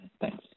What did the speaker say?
Thanks